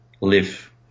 live